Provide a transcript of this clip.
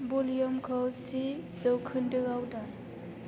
भल्युमखौ जि जौखोन्दोआव दान